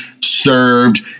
served